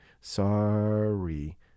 Sorry